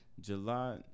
July